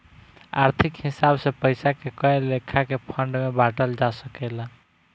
आर्थिक हिसाब से पइसा के कए लेखा के फंड में बांटल जा सकेला